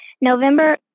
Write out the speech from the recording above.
November